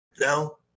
No